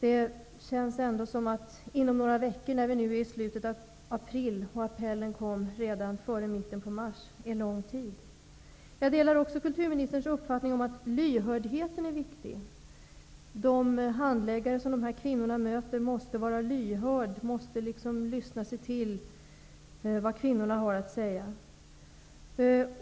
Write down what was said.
Appellen kom före mitten på mars, och vi är nu redan i slutet av april, så därför känns ''inom några veckor'' som en lång tid. Jag delar också kulturministerns uppfattning om att lyhördheten är viktig. De handläggare som dessa kvinnor möter måste vara lyhörda, de måste kunna lyssna sig till vad kvinnorna har att säga.